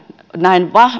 näen